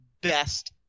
best